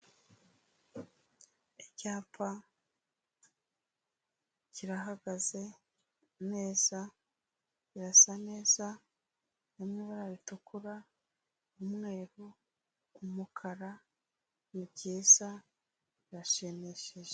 Icyapa kirahagaze imeza irasa neza, mu ibara ritukura, umweru, umukara; ni byiza birashimishije.